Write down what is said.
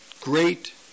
great